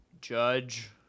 Judge